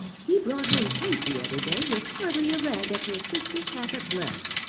he brought home kate the other day with hardly a rag of her sister's habit left.